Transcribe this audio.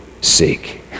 seek